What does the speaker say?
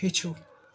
ہیٚچھِو